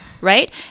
right